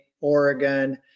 Oregon